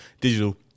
digital